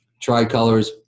tricolors